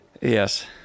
Yes